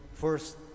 first